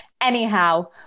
anyhow